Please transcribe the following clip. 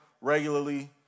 regularly